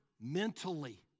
mentally